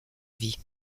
vies